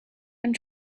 and